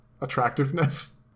attractiveness